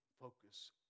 focus